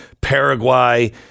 Paraguay